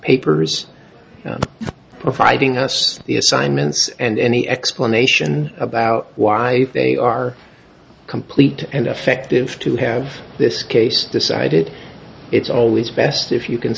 papers providing us the assignments and any explanation about why they are complete and effective to have this case decided it's always best if you can